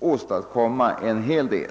åstadkomma en hel del.